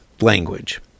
language